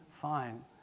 fine